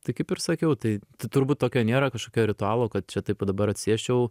tai kaip ir sakiau tai t turbūt tokio nėra kažkokio ritualo kad čia taip va dabar atsisėsčiau